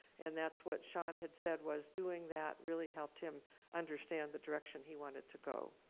and that's what shawn had said was doing that really helped him understand the direction he wanted to go.